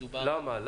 למה?